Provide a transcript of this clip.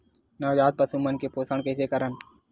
नवजात पशु मन के पोषण कइसे करन?